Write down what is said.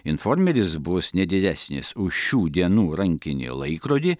informeris bus nedidesnis už šių dienų rankinį laikrodį